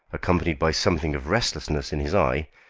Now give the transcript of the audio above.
accompanied by something of restlessness in his eye,